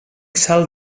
salt